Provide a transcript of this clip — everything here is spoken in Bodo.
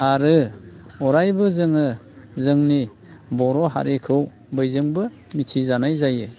आरो अरायबो जोङो जोंनि बर' हारिखौ बयजोंबो मिथिजानाय जायो